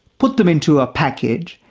put them into a package,